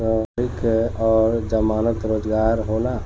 संपार्श्विक और जमानत रोजगार का होला?